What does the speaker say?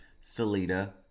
Salida